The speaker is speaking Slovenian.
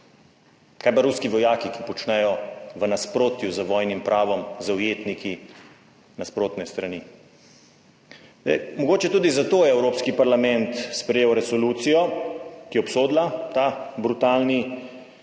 Kaj pa ruski vojaki, ki počnejo v nasprotju z vojnim pravom z ujetniki nasprotne strani? Zdaj mogoče tudi zato je Evropski parlament sprejel resolucijo, ki je obsodila ta brutalni napad